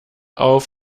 auf